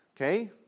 okay